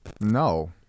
No